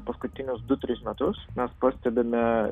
paskutinius du tris metus mes pastebime